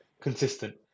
consistent